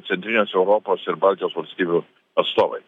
centrinės europos ir baltijos valstybių atstovai